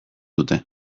dute